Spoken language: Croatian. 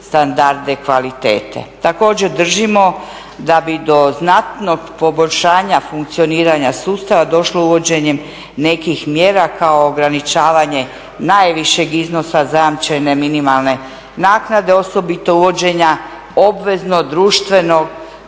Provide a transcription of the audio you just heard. standarde kvalitete. Također držimo da bi do znatnog poboljšanja funkcioniranja sustava došlo uvođenjem nekih mjera kao ograničavanje najvišeg iznosa zajamčene minimalne naknade, osobito uvođenja obvezno, društvenog